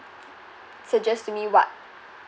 suggest to me what